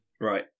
Right